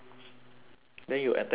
then you attend all the trainings